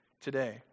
today